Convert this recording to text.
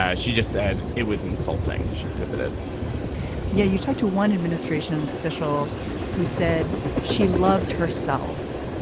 ah she just said it was insulting she pivoted yeah you talked to one administration official who said she loved herself.